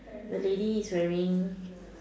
the lady is wearing